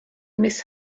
miss